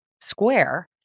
square